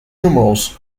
numerals